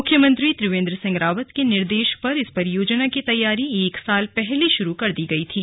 मुख्यमंत्री त्रिवेन्द्र सिंह रावत के निर्देश पर इस परियोजना की तैयारी एक साल पहले शुरू कर दी गई थी